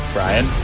Brian